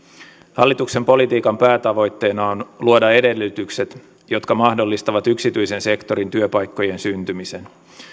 hallituksen politiikan päätavoitteena on luoda edellytykset jotka mahdollistavat yksityisen sektorin työpaikkojen syntymisen